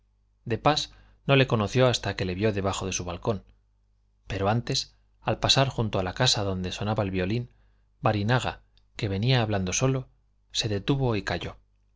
de pas no le conoció hasta que le vio debajo de su balcón pero antes al pasar junto a la casa donde sonaba el violín barinaga que venía hablando solo se detuvo y calló